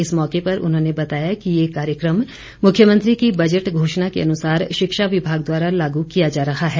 इस मौके पर उन्होंने बताया कि ये कार्यक्रम मुख्यमंत्री की बजट घोषणा के अनुसार शिक्षा विभाग द्वारा लागू किया जा रहा है